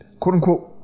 quote-unquote